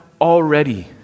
already